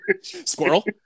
Squirrel